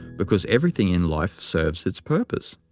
because everything in life serves its purpose.